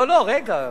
לא, לא, רגע.